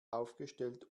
aufgestellt